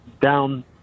down